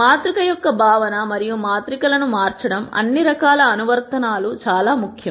మాతృక యొక్క భావన మరియు మాత్రికలను మార్చడం అన్ని రకాల అనువర్తనాలు చాలా ముఖ్యం